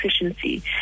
efficiency